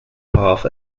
half